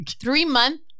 three-month